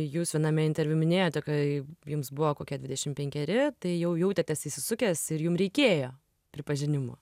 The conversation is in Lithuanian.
jūs viename interviu minėjote kai jums buvo kokie dvidešim penkeri tai jau jautėtės įsisukęs ir jum reikėjo pripažinimo